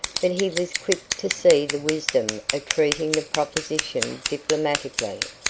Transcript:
but he was quick to see the wisdom of treating the proposition diplomatically.